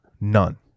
none